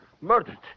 Murdered